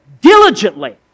diligently